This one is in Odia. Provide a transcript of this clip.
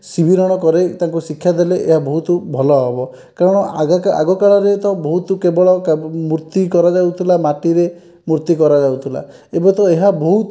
ସିବିରଣ କରାଇ ତାଙ୍କୁ ଶିକ୍ଷା ଦେଲେ ଏହା ବହୁତ ଭଲ ହେବ କାରଣ ଆଗ ଆଗ କାଳରେ ତ ବହୁତ କେବଳ କା ମୂର୍ତ୍ତି କରାଯାଉଥିଲା ମାଟିରେ ମୂର୍ତ୍ତି କରାଯାଉଥିଲା ଏବେ ତ ଏହା ବହୁତ